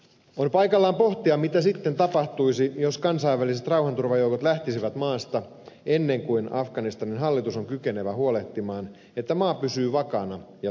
on paikallaan pohtia mitä sitten tapahtuisi jos kansainväliset rauhanturvajoukot lähtisivät maasta ennen kuin afganistanin hallitus on kykenevä huolehtimaan että maa pysyy vakaana ja turvallisena